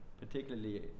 particularly